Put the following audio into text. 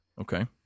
Okay